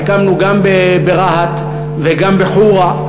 שהקמנו גם ברהט וגם בחורה,